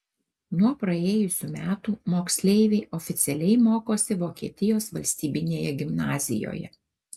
nuo praėjusių metų moksleiviai oficialiai mokosi vokietijos valstybinėje gimnazijoje